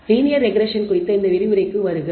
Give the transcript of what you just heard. linear regression குறித்த இந்த விரிவுரைக்கு வருக